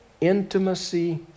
intimacy